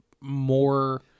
more